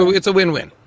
it's a win-win.